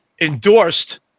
endorsed